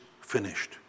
finished